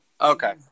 Okay